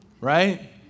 right